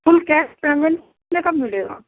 فل cash payment کتنے کا ملے گا